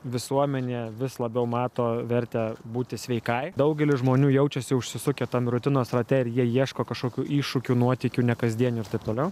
visuomenė vis labiau mato vertę būti sveikai daugelis žmonių jaučiasi užsisukę tam rutinos rate ir jie ieško kažkokių iššūkių nuotykių nekasdienių ir taip toliau